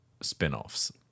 spin-offs